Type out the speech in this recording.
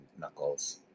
Knuckles